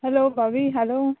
hello भाबी hello